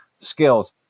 skills